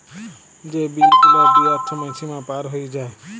যে বিল গুলা দিয়ার ছময় সীমা পার হঁয়ে যায়